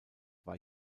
war